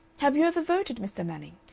have you ever voted, mr. manning?